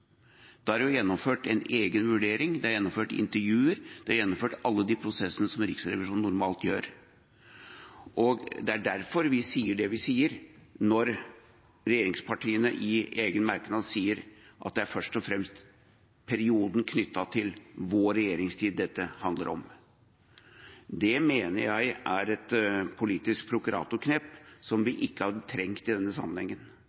Da er det jo gjennomført en egen vurdering, det er gjennomført intervjuer, det er gjennomført alle de prosessene som Riksrevisjonen normalt gjør. Det er derfor vi sier det vi sier, når regjeringspartiene i egen merknad sier at det først og fremst er perioden knyttet til vår regjeringstid dette handler om. Det mener jeg er et politisk prokuratorknep som vi ikke hadde trengt i denne sammenhengen.